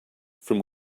from